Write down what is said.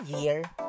year